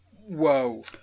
whoa